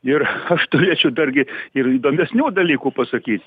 ir aš turėčiau dargi ir įdomesnių dalykų pasakyt